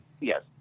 Yes